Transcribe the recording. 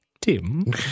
Tim